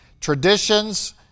traditions